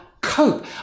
cope